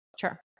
Sure